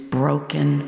broken